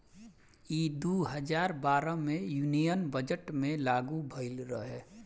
ई दू हजार बारह मे यूनियन बजट मे लागू भईल रहे